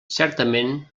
certament